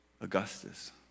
Augustus